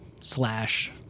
slash